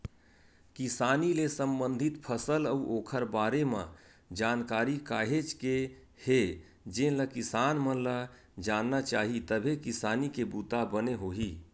किसानी ले संबंधित फसल अउ ओखर बारे म जानकारी काहेच के हे जेनला किसान मन ल जानना चाही तभे किसानी के बूता बने होही